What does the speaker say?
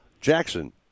Jackson